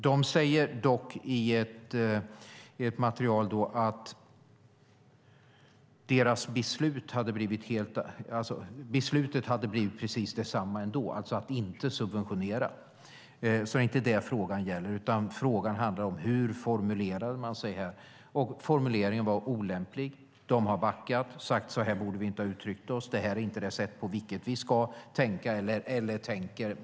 Man säger dock i ett material att beslutet hade blivit precis detsamma ändå, alltså att inte subventionera. Det är alltså inte det som frågan gäller, utan frågan handlar om hur man formulerade sig, och formuleringen var olämplig. Man har backat och sagt att man inte borde ha uttryckt sig på det sättet och att detta inte är det sätt som man ska tänka.